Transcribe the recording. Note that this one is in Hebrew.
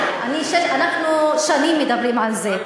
אנחנו שנים מדברים על זה.